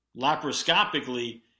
laparoscopically